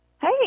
hey